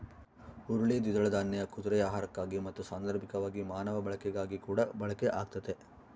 ಹುರುಳಿ ದ್ವಿದಳ ದಾನ್ಯ ಕುದುರೆ ಆಹಾರಕ್ಕಾಗಿ ಮತ್ತು ಸಾಂದರ್ಭಿಕವಾಗಿ ಮಾನವ ಬಳಕೆಗಾಗಿಕೂಡ ಬಳಕೆ ಆಗ್ತತೆ